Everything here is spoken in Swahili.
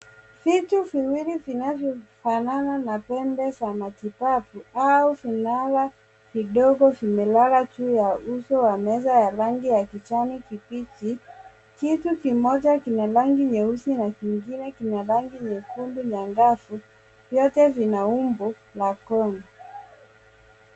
Vitu viwili vinavyofanana na tembe za matibabu au vinara vidogo vimelala juu ya uso wa meza ya rangi ya kijani kibichi. Kitu kimoja kina rangi nyeusi na kingine kina rangi nyekundu angavu. Vyote vina umbo la corn .